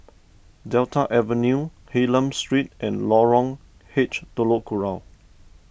Delta Avenue Hylam Street and Lorong H Telok Kurau